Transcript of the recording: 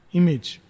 image